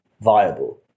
viable